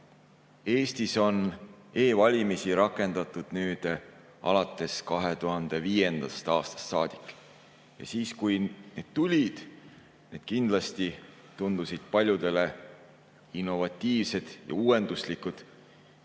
Eestis on e-valimisi rakendatud alates 2005. aastast saadik. Siis, kui need tulid, tundusid need kindlasti paljudele innovatiivsed ja uuenduslikud.